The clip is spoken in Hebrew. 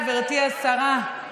גברתי השרה, באמת,